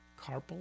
carpal